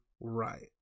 right